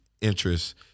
interests